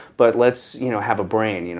but let's you know have a brain. you know